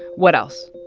what else?